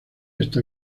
está